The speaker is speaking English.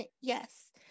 Yes